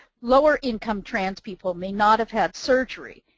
lower-income trans people may not have had surgery,